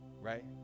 Right